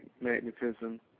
magnetism